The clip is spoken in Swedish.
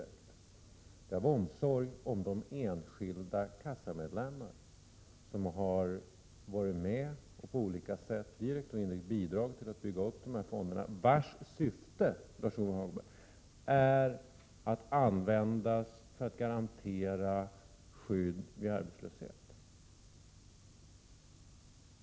Jag gjorde det av omsorg om de enskilda kassamedlemmar som direkt eller indirekt har bidragit till att bygga upp dessa fonder, vilkas syfte, Lars-Ove Hagberg, är att användas för att garantera skydd vid arbetslöshet.